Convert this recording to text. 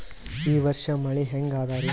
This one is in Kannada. ಈ ವರ್ಷ ಮಳಿ ಹೆಂಗ ಅದಾರಿ?